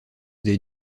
des